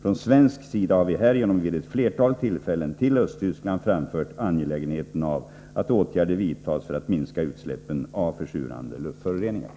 Från svensk sida har vi härigenom vid Torsdagen den flera tillfällen till Östtyskland framfört angelägenheten av att åtgärder vidtas 12 april 1984 för att minska utsläppen av försurande luftföroreningar.